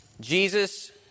Jesus